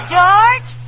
George